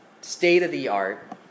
state-of-the-art